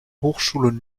hochschule